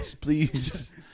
Please